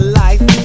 life